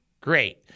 Great